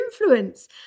influence